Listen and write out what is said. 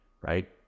right